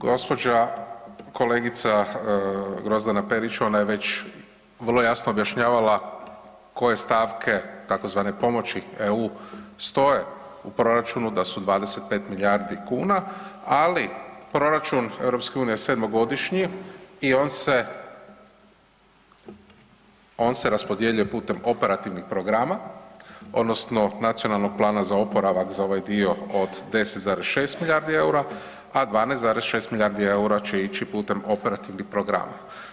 Gospođa kolegica Grozdana Perić ona je već vrlo jasno objašnjavala koje stavke tzv. pomoći EU stoje u proračunu da su 25 milijardi kuna, ali proračun EU je sedmogodišnji i on se raspodjeljuje putem operativnih programa odnosno Nacionalnog plana za oporavak za ovaj dio od 10,6 milijardi eura, a 12,6 milijardi eura će ići putem operativnih programa.